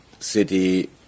City